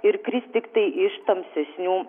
ir kris tiktai iš tamsesnių